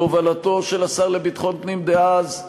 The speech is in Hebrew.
בהובלתו של השר לביטחון פנים דאז,